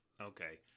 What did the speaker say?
Okay